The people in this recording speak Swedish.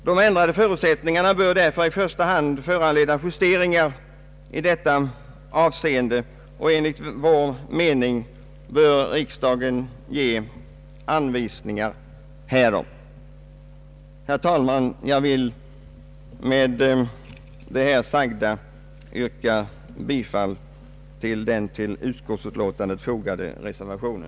De ändrade förutsättningarna bör därför i första hand föranleda justeringar i detta avseende. Enligt vår mening bör riksdagen ge anvisningar härom. Herr talman! Jag vill med det anförda yrka bifall till den vid utskottets utlåtande fogande reservationen.